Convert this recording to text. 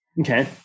Okay